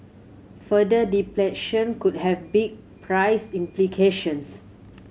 further depletion could have big price implications